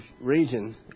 region